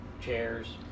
chairs